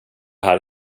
här